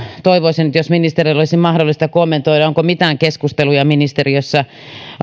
toivoisin että ministerillä olisi mahdollisuus kommentoida onko mitään keskusteluja ministeriössä